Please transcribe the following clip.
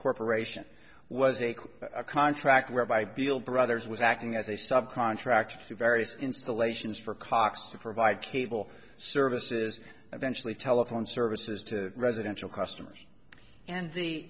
corporation was a crook a contract whereby bill brothers was acting as a subcontractor to various installations for cox to provide cable services eventually telephone services to residential customers and the